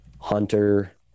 Hunter